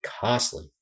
costly